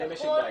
--- למשק בית.